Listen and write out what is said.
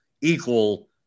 equal